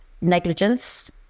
negligence